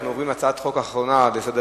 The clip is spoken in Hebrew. אנחנו עוברים להצעת החוק האחרונה בסדר-היום: